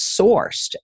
sourced